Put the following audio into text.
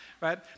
right